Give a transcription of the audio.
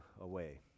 away